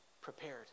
prepared